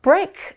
Break